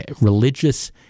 religious